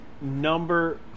number